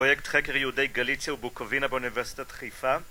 פרויקט חקר יהודי גליציה ובוקווינה באוניברסיטת חיפה